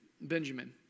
Benjamin